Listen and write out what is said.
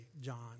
John